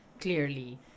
clearly